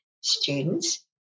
students